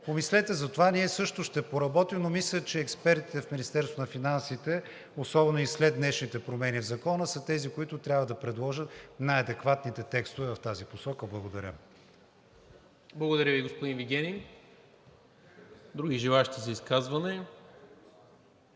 Помислете за това. Ние също ще поработим, но мисля, че експертите в Министерството на финансите, особено след днешните промени в Закона, са тези, които трябва да предложат най-адекватните текстове в тази посока. Благодаря. ПРЕДСЕДАТЕЛ НИКОЛА МИНЧЕВ: Благодаря Ви, господин Вигенин. Други желаещи за изказване?